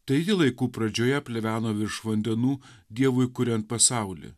taigi laikų pradžioje pleveno virš vandenų dievui kuriant pasaulį